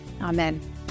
Amen